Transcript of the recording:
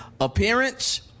appearance